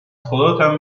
خداتم